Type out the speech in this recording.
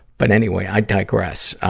but anyway, i digress.